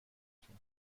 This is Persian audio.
تون